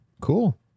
cool